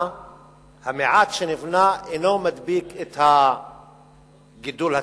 והמעט שנבנה אינו מדביק את הגידול הטבעי.